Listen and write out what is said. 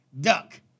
duck